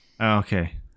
Okay